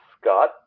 Scott